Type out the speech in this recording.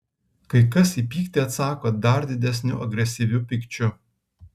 kai kas į pyktį atsako dar didesniu agresyviu pykčiu